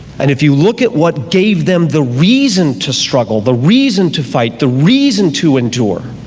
and if you look at what gave them the reason to struggle, the reason to fight, the reason to endure,